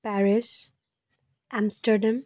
Paris Amsterdam